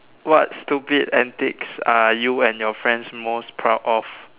what stupid antics are you and your friends most proud of